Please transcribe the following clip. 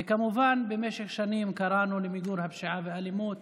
וכמובן, במשך שנים קראנו למיגור הפשיעה והאלימות